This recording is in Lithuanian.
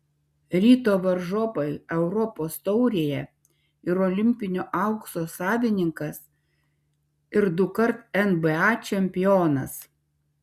ryto varžovai europos taurėje ir olimpinio aukso savininkas ir dukart nba čempionas